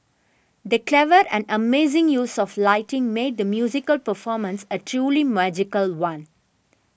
the clever and amazing use of lighting made the musical performance a truly magical one